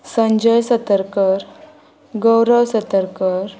Sanjay Satarkar Gaurav Satarkar